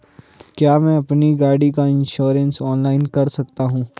क्या मैं अपनी गाड़ी का इन्श्योरेंस ऑनलाइन कर सकता हूँ?